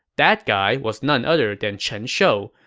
that guy was none other than chen shou,